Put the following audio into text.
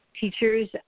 teacher's